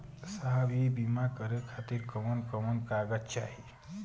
साहब इ बीमा करें खातिर कवन कवन कागज चाही?